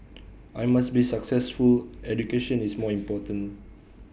I must be successful education is more important